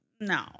no